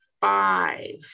five